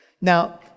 Now